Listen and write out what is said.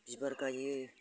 बिबार गायो